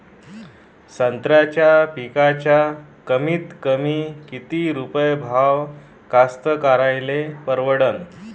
संत्र्याचा पिकाचा कमीतकमी किती रुपये भाव कास्तकाराइले परवडन?